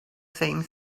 same